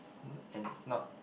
and it's not